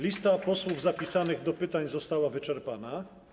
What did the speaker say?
Lista posłów zapisanych do pytań została wyczerpana.